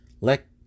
let